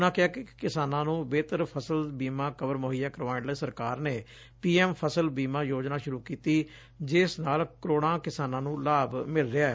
ਉਨ੍ਹਾਂ ਕਿਹਾ ਕਿ ਕਿਸਾਨਾਂ ਨੂੰ ਬਿਹਤਰ ਫਸਲ ਬੀਮਾ ਕਵਰ ਮੁਹੱਈਆ ਕਰਾਉਣ ਲਈ ਸਰਕਾਰ ਨੇ ਪੀ ਐਮ ਫਸਲ ਬੀਮਾ ਯੋਜਨਾ ਸੂਰੂ ਕੀੀੀ ਜਿਸ ਨਾਲ ਕਰੋੜਾ ਕਿਸਾਨਾ ਨੂੰ ਲਾਭ ਮਿਲ ਰਿਹੈ